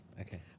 Okay